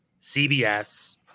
CBS